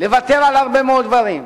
לוותר על הרבה מאוד דברים,